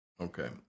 Okay